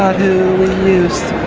who we used